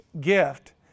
gift